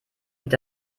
geht